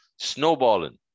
snowballing